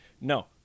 No